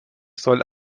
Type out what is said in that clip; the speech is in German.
soll